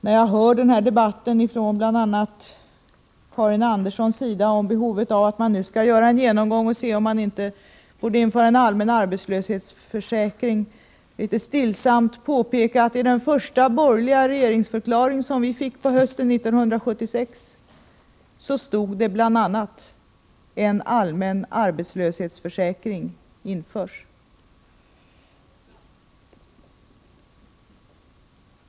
När jag hör bl.a. Karin Andersson tala om behovet av en genomgång för att se om det inte behöver införas en allmän arbetslöshetsförsäkring, kan jag inte låta bli att litet stillsamt påpeka att i den första borgerliga regeringsförklaring som kom, hösten 1976, stod det bl.a.: En allmän arbetslöshetsförsäkring införs.